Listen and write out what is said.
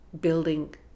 building